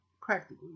practically